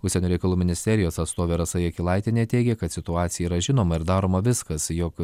užsienio reikalų ministerijos atstovė rasa jakilaitienė teigė kad situacija yra žinoma ir daroma viskas jog